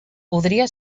podria